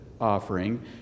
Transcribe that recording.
offering